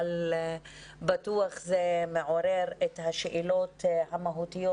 אבל בטוח זה מעורר את השאלות המהותיות